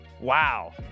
Wow